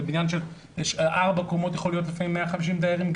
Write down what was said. בבניין של ארבע קומות יכולים לגור לפעמים 150 דיירים,